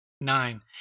nine